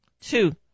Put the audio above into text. Two